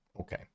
Okay